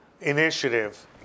initiative